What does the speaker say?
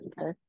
okay